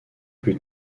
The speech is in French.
plus